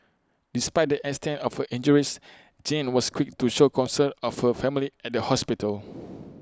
despite the extent of her injures Jean was quick to show concern of her family at the hospital